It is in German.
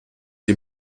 die